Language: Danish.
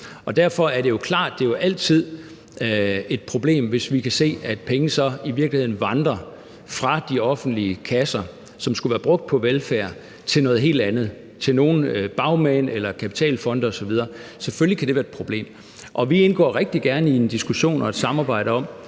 Derfor er det jo klart, at det altid er et problem, hvis vi kan se, at penge, som skulle være brugt til velfærd, i virkeligheden vandrer fra de offentlige kasser og går til noget helt andet, til nogle bagmænd, kapitalfonde osv. Selvfølgelig kan det være et problem. Vi indgår rigtig gerne i en diskussion og et samarbejde om,